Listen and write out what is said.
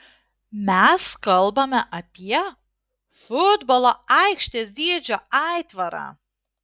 mes kalbame apie futbolo aikštės dydžio aitvarą